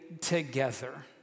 together